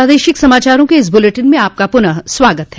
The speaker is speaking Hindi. प्रादेशिक समाचारों के इस बुलेटिन में आपका फिर से स्वागत है